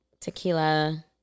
tequila